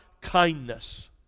kindness